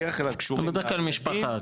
בדרך כלל כשהוא --- בדרך כלל משפחה.